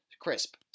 crisp